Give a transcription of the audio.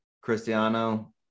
Cristiano